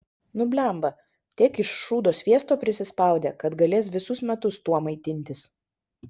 nu blemba tiek iš šūdo sviesto prisispaudė kad galės visus metus tuo maitintis